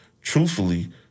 truthfully